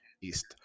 East